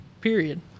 Period